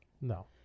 No